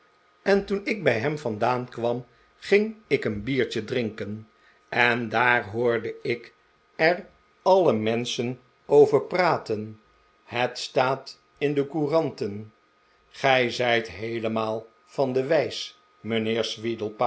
en toen ik bij hem vandaan kwam ging ik een biertje drinken en daar hoorde ik er alle maarten chuzzlewit menschen over praten het staat in de couranten gij zijt heelemaal van de wijs